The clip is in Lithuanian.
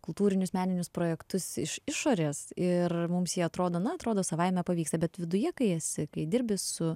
kultūrinius meninius projektus iš išorės ir mums jie atrodo na atrodo savaime pavyksta bet viduje kai esi kai dirbi su